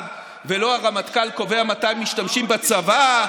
ולא הרמטכ"ל קובע מתי משתמשים בצבא.